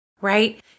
right